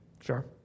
Sure